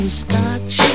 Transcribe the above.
scotch